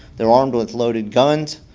they're armed with loaded guns,